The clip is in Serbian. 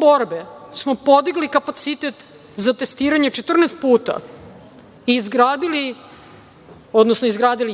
borbe smo podigli kapacitet za testiranje 14 puta i izgradili